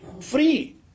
free